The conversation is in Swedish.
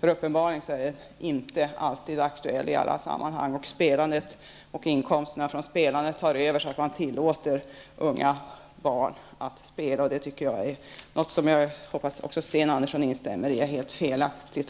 Uppenbarligen är den inte alltid aktuell i alla sammanhang. Att spelandet och inkomsterna från spelandet så att säga tar över och man därmed tillåter unga, barn, att spela tycker jag är helt felaktigt. Jag hoppas att Sten Andersson instämmer i detta.